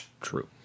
True